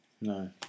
no